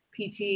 PT